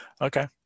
Okay